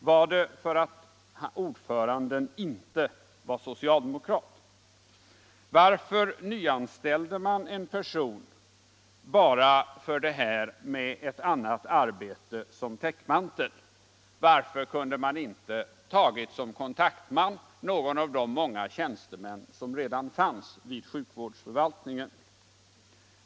Var det för att ordföranden inte var socialdemokrat? Varför nyanställde man en person bara för det här med ett annat arbete som täckmantel? Varför kunde man inte ha som kontaktman tagit någon av de många tjänstemän som redan fanns vid sjukvårdsförvaltningen?